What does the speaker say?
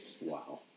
Wow